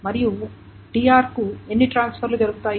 ఇప్పుడు tr కి ఎన్ని ట్రాన్స్ఫర్లు జరుగుతాయి